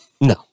No